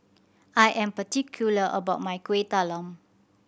I am particular about my Kuih Talam